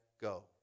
go